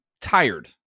tired